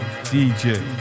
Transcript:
DJ